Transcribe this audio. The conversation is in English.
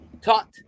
taught